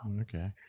okay